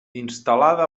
instal·lada